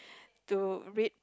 to read